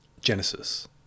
Genesis